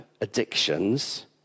addictions